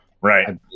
Right